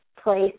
place